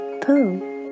Pooh